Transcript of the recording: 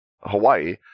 Hawaii